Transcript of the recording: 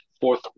fourth